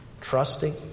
trusting